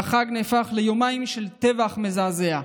והחג נהפך ליומיים של טבח מזעזע.